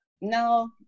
no